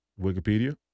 Wikipedia